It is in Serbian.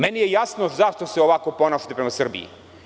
Meni je jasno zašto se ovako ponašate prema Srbiji.